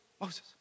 Moses